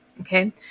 Okay